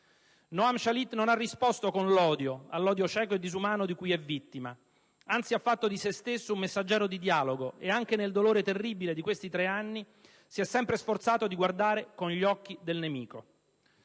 Noam Shalit non ha risposto con l'odio all'odio cieco e disumano di cui è vittima; anzi, ha fatto di se stesso un messaggero di dialogo e anche nel dolore terribile di questi tre anni si è sempre sforzato di guardare con gli occhi del nemico.